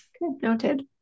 Noted